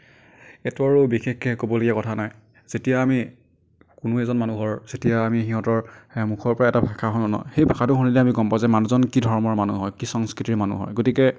এইটো আৰু বিশেষকৈ ক'বলগীয়া কথা নাই যেতিয়া আমি কোনো এজন মানুহৰ যেতিয়া আমি সিহঁতৰ মুখৰপৰা এটা ভাষা শুনো ন সেই ভাষাটো শুনিলে আমি গ'ম পাওঁ যে মানুহজন কি ধৰণৰ মানুহ হয় কি সংস্কৃতিৰ মানুহ হয় গতিকে